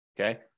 Okay